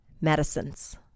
medicines